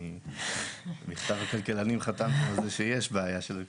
כי במכתב הכלכלנים חטפנו על זה שיש בעיה של השקעות.